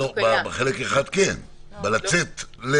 בחלק אחד כן, בלצאת.